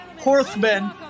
horsemen